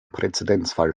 präzedenzfall